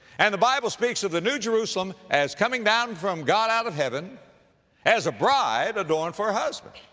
and the bible speaks of the new jerusalem as coming down from god out of heaven as a bride adorned for her husband.